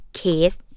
case